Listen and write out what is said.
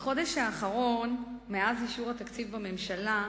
בחודש האחרון, מאז אישור התקציב בממשלה,